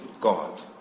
God